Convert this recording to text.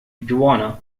joanna